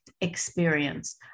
experience